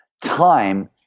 Time